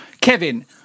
Kevin